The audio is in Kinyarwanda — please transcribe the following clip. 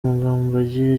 mugambage